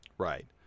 Right